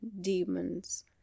demons